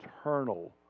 eternal